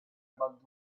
about